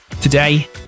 Today